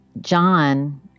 John